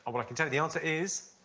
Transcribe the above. well, i can tell you the answer is.